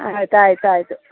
ಆಯ್ತು ಆಯ್ತು ಆಯಿತು